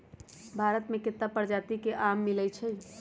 भारत मे केत्ता परजाति के आम मिलई छई